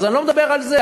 אז אני לא מדבר על זה.